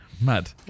Mad